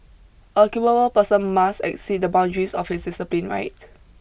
a capable person must exceed the boundaries of his discipline right